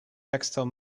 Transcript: textile